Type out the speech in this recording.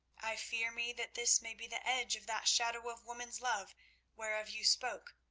i fear me that this may be the edge of that shadow of woman's love whereof you spoke,